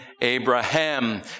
Abraham